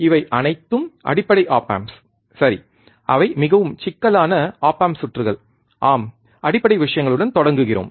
இவை அனைத்தும் அடிப்படை ஒப் ஆம்ப்ஸ் சரி அவை மிகவும் சிக்கலான ஒப் ஆம்ப் சுற்றுகள் ஆம் அடிப்படை விஷயங்களுடன் தொடங்குகிறோம்